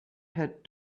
had